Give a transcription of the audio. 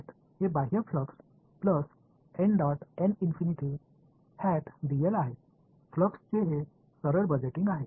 எனவே இது வெளிப்புற ஃப்ளக்ஸ் பிளஸ் ஃப்ளக்ஸ்ன் இந்த நேரடியான பட்ஜெட்